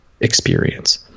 experience